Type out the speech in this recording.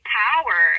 power